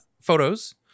photos